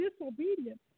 disobedience